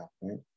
right